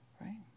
Right